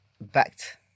backed